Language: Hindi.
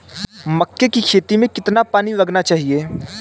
मक्के की खेती में कितना पानी लगाना चाहिए?